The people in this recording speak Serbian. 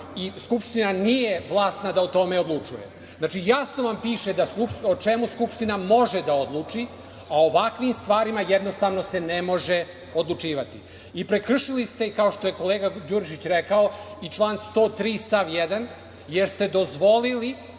i Skupština nije vlasna da o tome odlučuje. Jasno vam piše o čemu Skupština može da odluči. O ovakvim stvarima jednostavno se ne može odlučivati. Prekršili ste, kao što je kolega Đurišić rekao, i član 103. stav 1. jer ste dozvolili